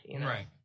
Right